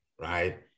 right